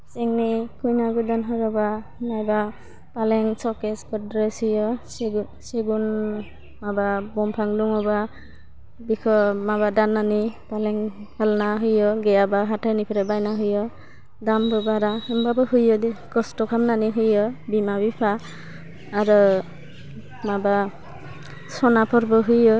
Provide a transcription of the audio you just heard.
जोंनि खैना गोदान हरोबा फालें सकेस गड्रेस होयो सिगुन माबा बंफां दङबा बेखौ माबा दान्नानै फालें आलना होयो गैयाबा हाथाइनिफ्राइ बायना हैयो दामबो बारा होमबाबो हैयो दे खस्थ' खामनानै हैयो बिमा बिफा आरो माबा सनाफोरबो होयो